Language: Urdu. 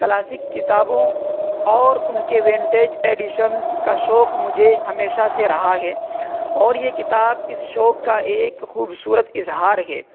کلاسیک کتابوں اور ان کے ونٹیج ایڈیشنز کا شوق مجھے ہمیشہ سے رہا ہے اور یہ کتاب اس شوق کا ایک خوبصورت اظہار ہے